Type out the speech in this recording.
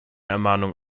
ermahnung